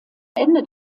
ende